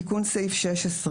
תיקון סעיף 16,